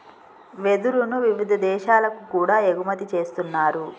వెదురును వివిధ దేశాలకు కూడా ఎగుమతి చేస్తున్నారు